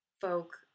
folk